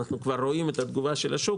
אנחנו כבר רואים את תגובת השוק,